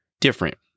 different